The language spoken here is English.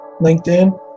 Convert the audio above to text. LinkedIn